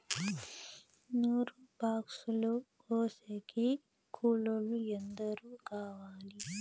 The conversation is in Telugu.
నూరు బాక్సులు కోసేకి కూలోల్లు ఎందరు కావాలి?